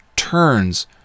Turns